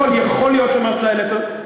קודם כול, יכול להיות שמה שאתה העלית, תיאורטית,